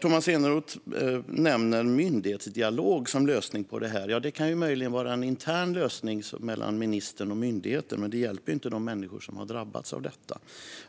Tomas Eneroth nämner myndighetsdialog som lösning på det här. Ja, det kan möjligen vara en intern lösning mellan ministern och myndigheten, men det hjälper ju inte de människor som har drabbats av detta.